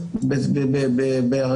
בלי לשתות,